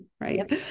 right